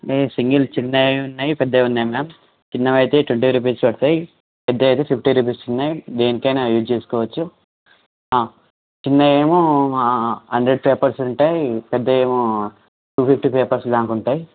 నే సింగల్ చిన్నవి ఉన్నాయి పెద్దవి ఉన్నాయి మ్యామ్ చిన్నవి అయితే ట్వంటీ రూపీస్ పడతాయి పెద్దవి అయితే ఫిఫ్టీ రూపీస్ ఉన్నాయి దేనికైనా యూస్ చేసుకోవచ్చు చిన్నవి ఏమో హండెర్డ్ పేపర్స్ ఉంటాయి పెద్దవి ఏమో టూ ఫిఫ్టీ పేపర్స్ దాకా ఉంటాయి